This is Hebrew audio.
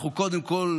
אנחנו קודם כול